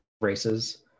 races